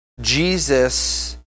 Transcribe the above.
Jesus